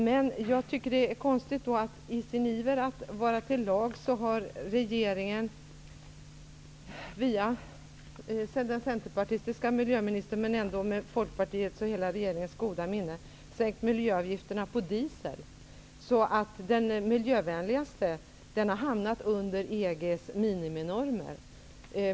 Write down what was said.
Men i sin iver att vara till lags har regeringen via sin centerpartistiska miljöminister men ändå med Folkpartiets och hela regeringens goda minne sänkt miljöavgifterna på diesel så att det miljövänligaste drivmedlet har hamnat under EG:s miniminormer.